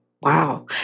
Wow